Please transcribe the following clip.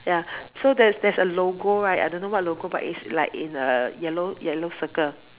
ya so there's there's a logo right I don't know what logo but is like in a yellow yellow circle